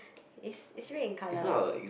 it's it's red in colour